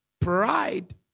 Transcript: Pride